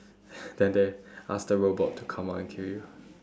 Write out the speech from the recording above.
then they ask the robot to come out and kill you